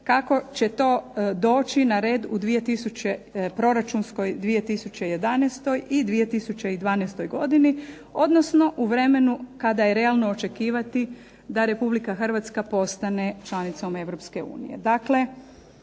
kako će to doći na red u proračunskoj 2011. i 2012. godini, odnosno u vremenu kada je realno očekivati da Republika Hrvatska postane članicom